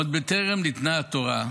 עוד בטרם ניתנה התורה,